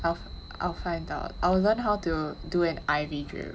I'll I'll find out I will learn how to do an I_V drip